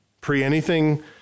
Pre-anything